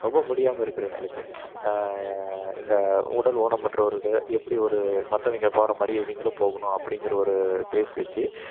ரொம்ப முடியாம இருக்கிறவங்களுக்கு இந்த உடல் ஊனமுற்றோர்க்கு எப்படி ஒரு மற்றவங்க போகிற மாதிரி இவங்களும் போகணும் அப்படிங்கிற ஒரு பேஸ் வச்சு